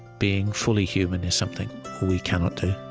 being fully human is something we cannot do